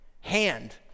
hand